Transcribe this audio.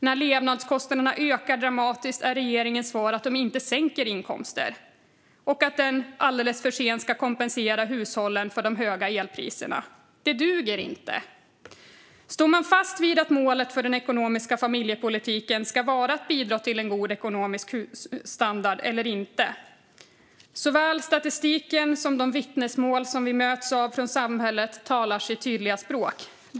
När levnadskostnaderna ökar dramatiskt är regeringens svar att den inte sänker inkomsterna och att den alldeles för sent ska kompensera hushållen för de höga elpriserna. Det duger inte. Står man fast vid att målet för den ekonomiska familjepolitiken ska vara att bidra till en god ekonomisk standard eller inte? Såväl statistiken som de vittnesmål vi möts av från samhället talar sitt tydliga språk.